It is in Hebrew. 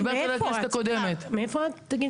עשינו